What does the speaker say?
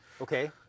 Okay